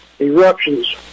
Eruptions